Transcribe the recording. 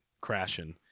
crashing